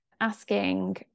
asking